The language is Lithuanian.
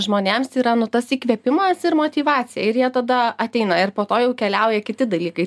žmonėms yra nu tas įkvėpimas ir motyvacija ir jie tada ateina ir po to jau keliauja kiti dalykai